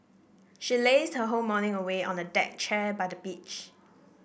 she lazed her whole morning away on a deck chair by the beach